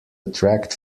attract